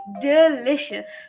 delicious